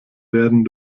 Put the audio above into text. werden